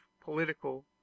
political